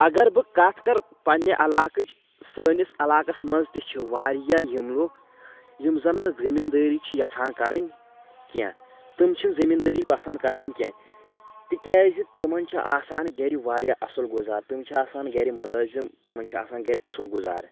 اَگر بہٕ کَتھ کرٕ پنٕنہِ علاقٕچ سٲنِس علاقس منٛز تہِ چھِ واریاہ یِم لُکھ یِم زن نہٕ زٔمیٖندٲری چھِ یَژھان کرٕنۍ کینٛہہ تم چھِنہٕ زٔمیٖندٲری پَسنٛد کَران کینٛہہ تِکیازِ تِمَن چھ آسان گرِ واریاہ اَصٕل گُزار تِم چھِ آسان گرِ مُلٲزِم تِمن چھِ آسان گرِ اَصٕل گُزارٕ